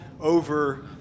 over